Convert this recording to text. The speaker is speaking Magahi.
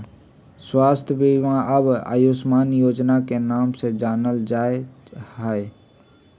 स्वास्थ्य बीमा अब आयुष्मान योजना के नाम से जानल जाई छई